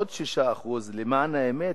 עוד 6%. למען האמת,